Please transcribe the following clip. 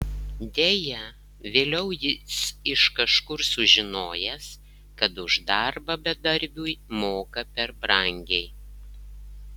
deja vėliau jis iš kažkur sužinojęs kad už darbą bedarbiui moka per brangiai